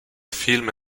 film